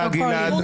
גלעד.